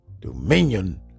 dominion